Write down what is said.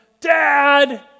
Dad